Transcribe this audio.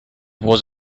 was